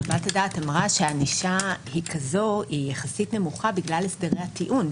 חוות הדעת אמרה שהענישה היא יחסית נמוכה בגלל הסדרי הטיעון,